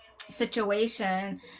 situation